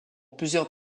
plusieurs